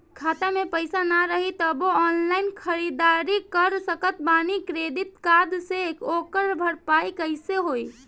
खाता में पैसा ना रही तबों ऑनलाइन ख़रीदारी कर सकत बानी क्रेडिट कार्ड से ओकर भरपाई कइसे होई?